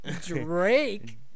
Drake